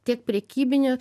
tiek prekybinio